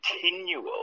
continual